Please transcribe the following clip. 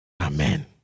Amen